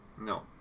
No